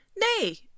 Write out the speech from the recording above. Nay